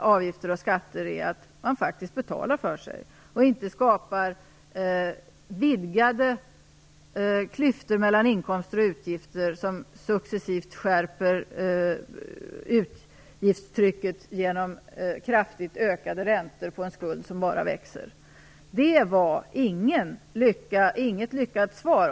avgifter och skatter skapas också genom att man faktiskt betalar för sig och inte skapar vidgade klyftor mellan inkomster och utgifter, vilket successivt skärper utgiftstrycket genom kraftigt ökade räntor på en skuld som bara växer. Det var inget lyckat svar.